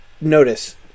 Notice